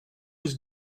his